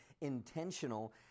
intentional